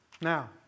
now